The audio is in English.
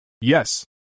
Yes